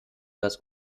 das